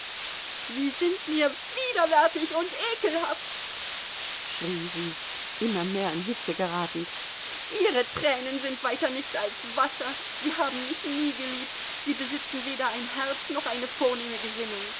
sie sind mir widerwärtig und ekelhaft schrie sie immer mehr in hitze geratend ihre tränen sind weiter nichts als wasser sie haben mich nie geliebt sie besitzen weder ein herz noch eine vornehme gesinnung